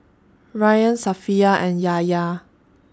Ryan Safiya and Yahya